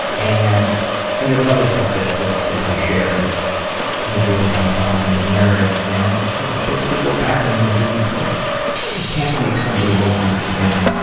and and there was other stuff that that he shared that he's really having problems in his marriage and you know i basically wrote back to him and said you can't you can't make somebody more understanding.